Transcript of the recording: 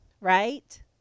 Right